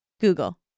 Google